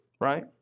right